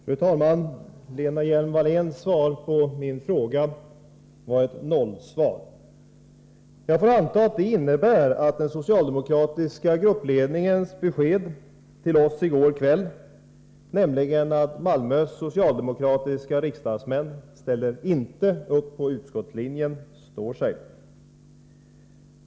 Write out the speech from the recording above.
Fru talman! Lena Hjelm-Walléns svar på min fråga var ett nollsvar. Jag får anta att det innebär att den socialdemokratiska gruppledningens besked till oss i går kväll, att Malmös socialdemokratiska riksdagsmän inte ställer upp på utskottslinjen, står sig.